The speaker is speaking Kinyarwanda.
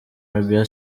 arabia